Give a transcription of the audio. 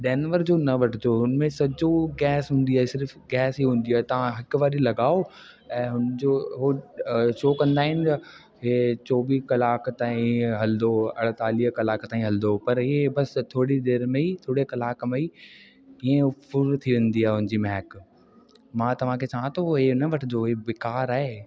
Denver जो न वठिजो उनमें सॼो गैस हूंदी आहे सिर्फ़ गैस ई हूंदी आहे तव्हां हिक वारी लगाओ ऐं हुनजो उहे शो कंदा आहिनि इहे चोवीह कलाक ताईं हलंदो अड़तालीह कलाक ताईं हलंदो पर इहे बसि थोरी देरि में ई थोरे कलाक में ई ईंअ फ़ुर्र थी वेंदी आहे उनजी महक मां तव्हांखे चवां थो इहो न वठिजो इहो बेकार आहे